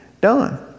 done